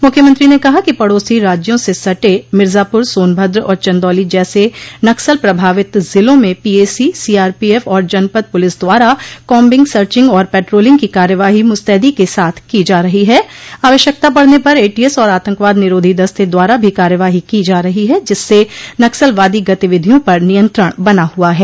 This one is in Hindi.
मुख्यमंत्री ने कहा कि पड़ोसी राज्यों से सटे मिर्जापुर सोनभद्र और चन्दौली जैसे नक्सल प्रभावित जिलों में पीएसी सीआरपीएफ और जनपद पुलिस द्वारा काम्बिंग सर्चिंग और पेट्रोलिंग की कार्यवाही मुस्तैदी के साथ की जा रही है आवश्यकता पड़ने पर एटीएस और आतंकवाद निरोधी दस्ते द्वारा भी कार्यवाही की जा रही है जिससे नक्सलवादी गतिविधियों पर नियंत्रण बना हुआ है